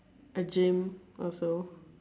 A gym also